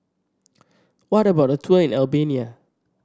what about a tour in Albania